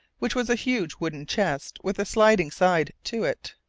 which was a huge wooden chest with a sliding side to it.